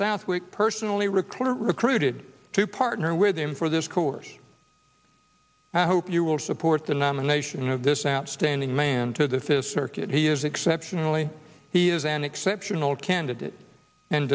southwick personally recorder recruited to partner with him for this course i hope you will support the nomination of this outstanding man to this circuit he is exceptionally he is an exceptional candidate and